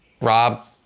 Rob